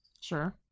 sure